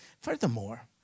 Furthermore